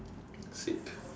sick